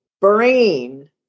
brain